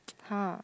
!huh!